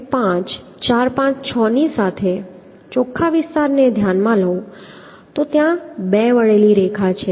તેથી જો હું 1 2 4 5 6 ની સાથે ચોખ્ખો વિસ્તાર ધ્યાનમાં લઉં તો ત્યાં બે વળેલી રેખા છે